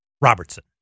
Robertson